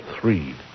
three